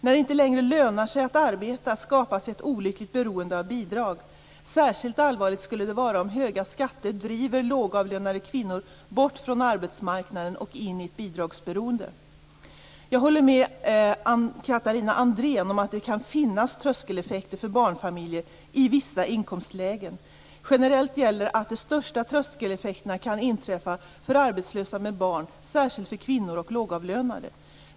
När det inte längre lönar sig att arbeta skapas ett olyckligt beroende av bidrag. Särskilt allvarligt skulle det vara om höga skatter driver lågavlönade kvinnor bort från arbetsmarknaden och in i bidragsberoende. Jag håller med Catharina Andréen om att det kan finnas tröskeleffekter för barnfamiljer i vissa inkomstlägen. Generellt gäller att de största tröskeleffekterna kan inträffa för arbetslösa med barn, särskilt för kvinnor och lågavlönade.